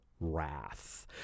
Wrath